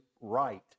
right